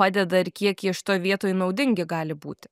padeda ir kiek jie šitoj vietoj naudingi gali būti